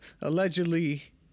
allegedly